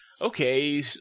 okay